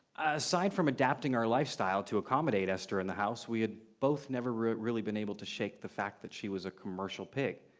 aside from adapting our lifestyle to accommodate esther in the house, we had both never really been able to shake the fact that she was a commercial pig.